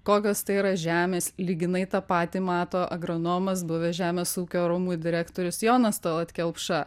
kokios tai yra žemės lyginai tą patį mato agronomas buvęs žemės ūkio rūmų direktorius jonas talat kelpša